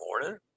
morning